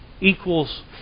equals